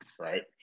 right